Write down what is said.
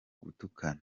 gutukana